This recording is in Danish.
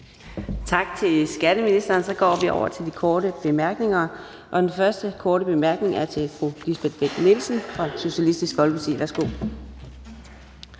Tak til skatteministeren. Så går vi over til de korte bemærkninger. Den første korte bemærkning er til fru Lisbeth Bech-Nielsen fra Socialistisk Folkeparti. Værsgo.